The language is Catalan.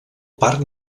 parc